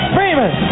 Freeman